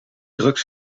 drugs